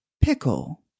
pickle